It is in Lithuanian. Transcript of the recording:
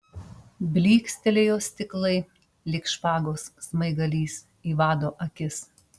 blykstelėjo stiklai lyg špagos smaigalys į vado akis